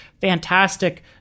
fantastic